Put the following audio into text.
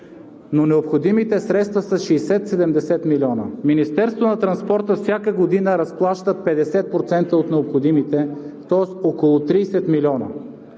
но необходимите средства са 60 – 70 милиона. Министерството на транспорта всяка година разплаща 50% от необходимите, тоест около 30 милиона,